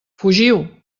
fugiu